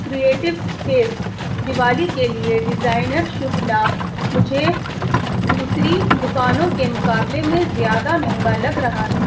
creative space Diwali کے لیے designer Shubh Labh مجھے دوسری دکانوں کے مقابلے میں زیادہ مہنگا لگ رہا ہے